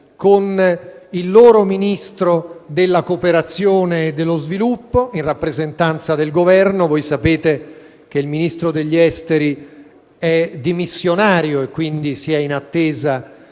al loro Ministro della cooperazione e dello sviluppo, in rappresentanza del Governo (come sapete, il loro Ministro degli esteri è dimissionario, e quindi si è in attesa